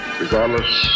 regardless